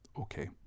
Okay